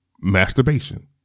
Masturbation